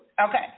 Okay